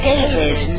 David